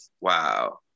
wow